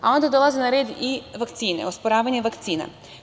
Onda dolaze na red i vakcine, osporavanje vakcina.